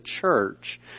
church